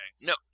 No